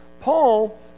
Paul